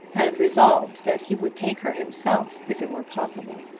and resolved that he would take her himself if it were possible.